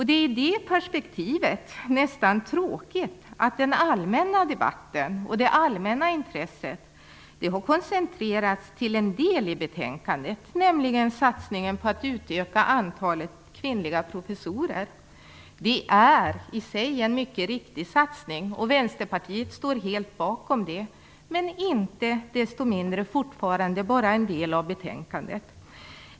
Det är i det perspektivet nästan tråkigt att den allmänna debatten och det allmänna intresset har koncentrerats till en del i betänkandet, nämligen satsningen på att utöka antalet kvinnliga professorer. Det är i sig en mycket riktig satsning, och Vänsterpartiet står helt bakom den, men inte desto mindre utgör den bara en del av betänkandet.